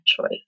choice